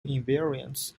invariants